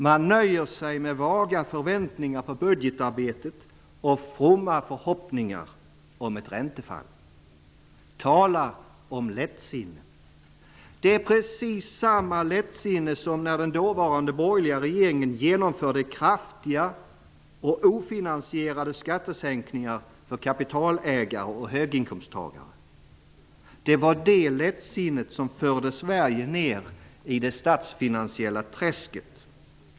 Man nöjer sig med vaga förväntningar på budgetarbetet och fromma förhoppningar om ett räntefall. Tala om lättsinne! Det är precis samma lättsinne som när den dåvarande borgerliga regeringen genomförde kraftiga och ofinansierade skattesänkningar för kapitalägare och höginkomsttagare. Det var det lättsinnet som förde Sverige ner i det statsfinansiella träsket.